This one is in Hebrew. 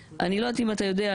אני לא יודעת אם אתה יודע,